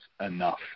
enough